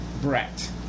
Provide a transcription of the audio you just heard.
Brett